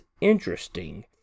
interesting